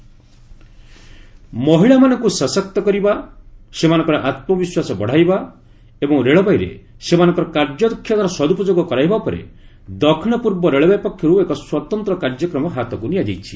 south C railway women ମହିଳାମାନଙ୍କୁ ସଶକ୍ତ କରିବା ସେମାନଙ୍କର ଆତ୍ମବିଶ୍ୱାସ ବଢ଼ାଇବା ଏବଂ ରେଳବାଇରେ ସେମାନଙ୍କର କାର୍ଯ୍ୟଦକ୍ଷତାର ସଦୁପଯୋଗ କରାଇବା ଉପରେ ଦକ୍ଷିଣ ପୂର୍ବ ରେଳବାଇ ପକ୍ଷରୁ ଏକ ସ୍ୱତନ୍ତ୍ର କାର୍ଯ୍ୟକ୍ରମ ହାତକୁ ନିଆଯାଇଛି